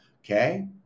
Okay